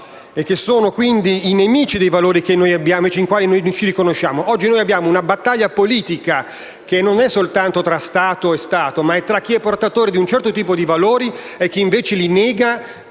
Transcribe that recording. e che sono quindi nemici dei valori nei quali noi ci riconosciamo. Oggi noi abbiamo una battaglia politica che non è soltanto tra Stato e Stato ma tra chi è portatore di un certo tipo di valori e chi invece li nega,